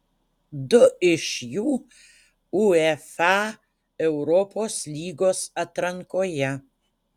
du iš jų uefa europos lygos atrankoje